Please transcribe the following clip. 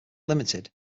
limited